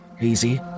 easy